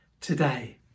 today